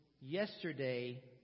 yesterday